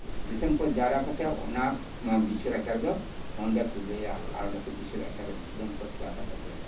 ᱫᱤᱥᱚᱢ ᱯᱷᱟᱹᱫ ᱡᱟᱣᱨᱟ ᱠᱟᱛᱮᱫ ᱚᱱᱟ ᱵᱤᱪᱟᱹᱨ ᱟᱪᱟᱨ ᱫᱚ ᱚᱸᱰᱮ ᱠᱚ ᱞᱟᱹᱭᱟ ᱟᱨ ᱚᱸᱰᱮ ᱠᱚ ᱵᱤᱪᱟᱹᱨ ᱟᱪᱟᱨᱟ ᱫᱤᱥᱚᱢ ᱯᱷᱟᱹᱫ ᱡᱟᱣᱨᱟ ᱠᱟᱛᱮᱫ